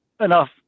enough